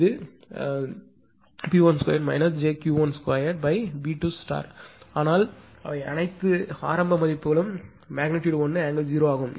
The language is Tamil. இது V2 ஆனால் அனைத்து ஆரம்ப மதிப்புகளும் 1∠0 ° ஆகும்